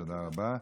תודה, תודה רבה.